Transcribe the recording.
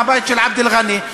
מהבית של עבד אל-ע'אני,